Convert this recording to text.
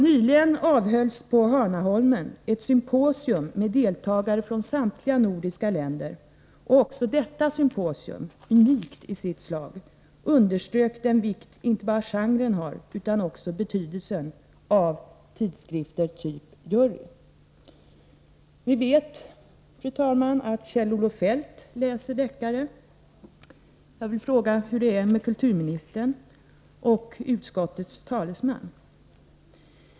Nyligen avhölls på Hanaholmen ett symposium med deltagare från samtliga nordiska länder, och också detta symposium — unikt i sitt slag — underströk inte bara den vikt genren har utan också betydelsen av tidskrifter typ Jury. Vi vet, fru talman, att Kjell-Olof Feldt läser deckare. Jag vill fråga hur det är med kulturministern och utskottets talesman.